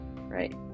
right